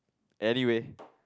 anyway